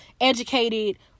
educated